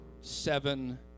seven